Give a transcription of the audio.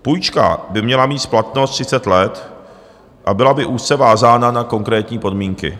Půjčka by měla mít splatnost třicet let a byla by úzce vázána na konkrétní podmínky.